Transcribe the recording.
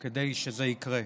כדי שזה יקרה.